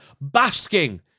basking